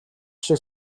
шиг